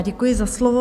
Děkuji za slovo.